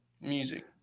music